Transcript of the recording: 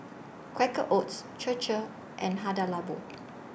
Quaker Oats Chir Chir and Hada Labo